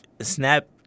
snap